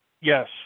Yes